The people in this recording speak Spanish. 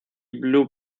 blue